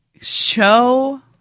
show